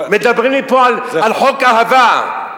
מדברים לי פה על "חוק אהבה".